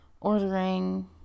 ordering